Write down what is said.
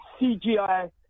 CGI